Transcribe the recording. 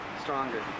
stronger